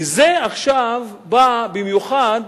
וזה עכשיו בא במיוחד